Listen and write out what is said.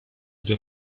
due